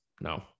no